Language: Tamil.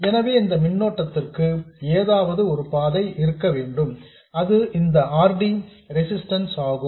எனவே இந்த மின்னோட்டத்திற்கு ஏதாவது ஒரு பாதை இருக்க வேண்டும் அது இந்த RD ரெசிஸ்டன்ஸ் ஆகும்